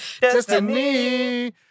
destiny